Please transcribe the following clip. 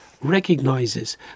recognizes